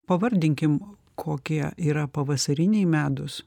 pavardinkim kokie yra pavasariniai medūs